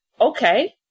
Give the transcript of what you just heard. okay